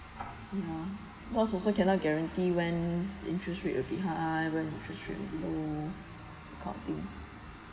ya boss also cannot guarantee when interest rate will be high when interest rate will be low that kind of thing